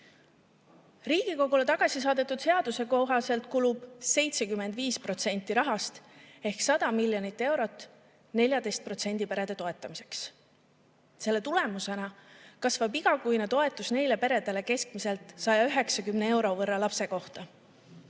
Riigikogule tagasi saadetud seaduse kohaselt kulub 75% rahast ehk 100 miljonit eurot 14% perede toetamiseks. Selle tulemusena kasvab igakuine toetus neile peredele keskmiselt 190 euro võrra lapse kohta.